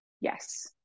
Yes